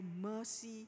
mercy